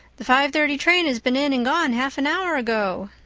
the five-thirty train has been in and gone half an hour ago,